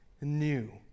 new